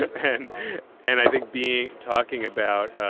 and and i think be talking about